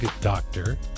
doctor